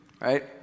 right